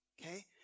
Okay